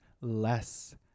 less